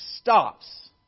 stops